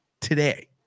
today